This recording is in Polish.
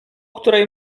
której